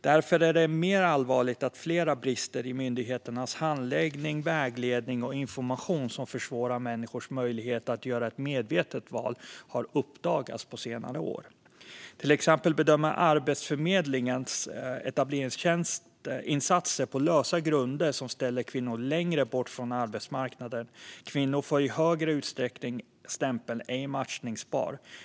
Därför är det mer allvarligt att flera brister i myndigheternas handläggning, vägledning och information som försvårar människors möjlighet att göra ett medvetet val har uppdagats på senare år. Till exempel bedömer Arbetsförmedlingen etableringsinsatser på lösa grunder som ställer kvinnor längre bort från arbetsmarknaden. Kvinnor får i större utsträckning stämpeln ej matchningsbar.